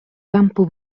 campo